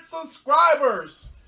subscribers